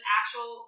actual